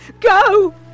Go